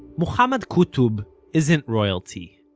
mohammad qutob isn't royalty,